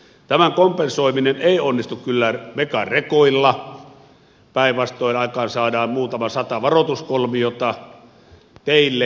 tämän kompensoiminen ei onnistu kyllä megarekoilla päinvastoin aikaansaadaan muutama sata varoituskolmiota teille